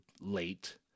late